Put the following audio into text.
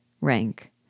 Rank